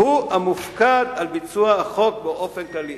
שהוא המופקד על ביצוע החוק באופן כללי.